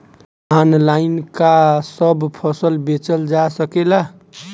Online का सब फसल बेचल जा सकेला?